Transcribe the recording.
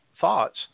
thoughts